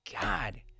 God